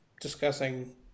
discussing